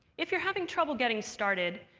if you're having trouble getting started,